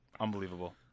Unbelievable